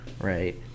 Right